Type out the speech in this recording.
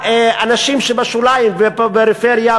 ולאנשים שבשוליים ובפריפריה,